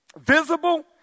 visible